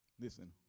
listen